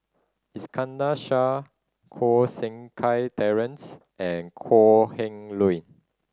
Iskandar Shah Koh Seng Kiat Terence and Kok Heng Leun